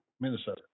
Minnesota